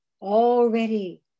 already